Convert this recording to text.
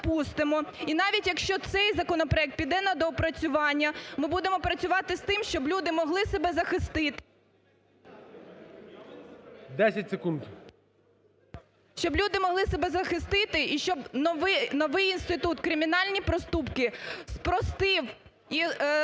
І навіть якщо цей законопроект піде на доопрацювання, ми будемо працювати з тим, щоб люди могли себе захистити… ГОЛОВУЮЧИЙ. 10 секунд. СОТНИК О.С. … щоб люди могли себе захистити і щоб новий інститут кримінальні проступки спростив і дегуманізував